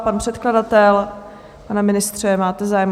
Pan předkladatel, pane ministře, máte zájem?